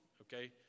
okay